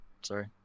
Sorry